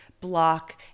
block